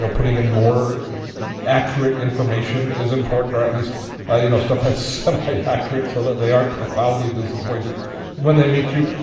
putting in more accurate information is important or at least ah you know stuff that's semi-accurate so that they aren't profoundly disappointed when they meet you.